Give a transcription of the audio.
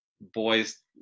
boys